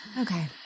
okay